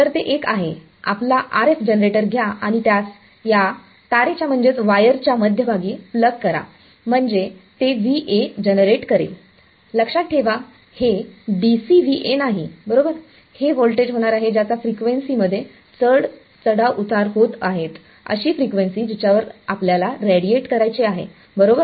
तर ते एक आहे आपला RF जनरेटर घ्या आणि त्यास या वायरच्या मध्यभागी प्लग करा म्हणजे ते जनरेट करेल लक्षात ठेवा हे DC नाही बरोबर हे व्होल्टेज होणार आहे ज्याचा फ्रिक्वेन्सीमध्ये उतार चढ़ाव होत आहेत अशी फ्रिक्वेन्सी जिच्यावर आपल्याला रेडिएट करायचे आहे बरोबर